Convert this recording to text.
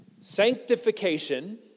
Sanctification